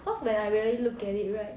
cause when I really look at it right